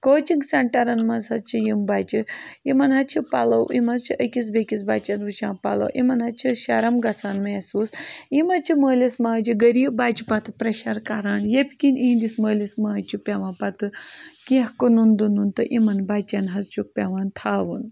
coaching سینٹَرَن منٛز حظ چھِ یِم بَچہِ یِمَن حظ چھِ پَلو یِم حظ چھِ أکِس بیٚکِس بَچَن وٕچھان پَلو یِمَن حظ چھِ شرم گژھان محسوٗس یِم حظ چھِ مٲلِس ماجہِ غریٖب بَچہِ پَتہٕ پرٛٮ۪شَر کَران ییٚپۍ کِنۍ یِہِنٛدِس مٲلِس ماجہِ چھُ پٮ۪وان پَتہٕ کینٛہہ کٕنُن دٕنُن تہٕ یِمَن بَچَن حظ چھُکھ پٮ۪وان تھاوُن